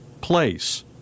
place